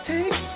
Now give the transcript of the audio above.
Take